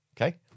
Okay